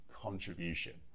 contribution